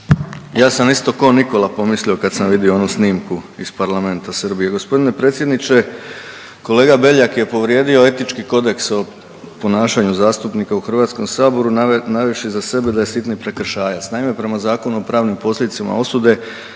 Ja sam isto k'o Nikola pomislio kad sam vidio onu snimku iz parlamenta Srbije. G. Beljak je povrijedio Etički kodeks o ponašanju zastupnika u HS-u, navevši za sebe da je sitni prekršajac. Naime, prema Zakonu o pravnim posljedicama osude